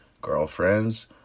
girlfriends